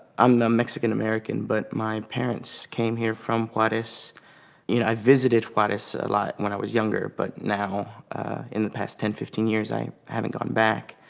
um mexican-american but my parents came here from juarez. you know i visited juarez a lot when i was younger but now in the past ten, fifteen years i haven't gone back